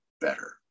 better